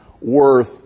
worth